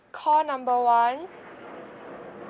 call number one